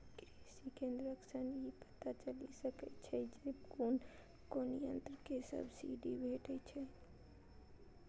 कृषि केंद्र सं ई पता चलि सकै छै जे कोन कोन यंत्र पर सब्सिडी भेटै छै